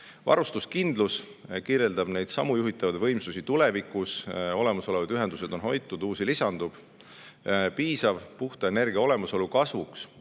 Varustuskindlus kirjeldab neidsamu juhitavaid võimsusi tulevikus – olemasolevad ühendused on hoitud ja uusi lisandub. Piisav puhta energia olemasolu kasvuks.